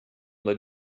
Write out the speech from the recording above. that